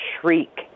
shriek